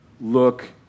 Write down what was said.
look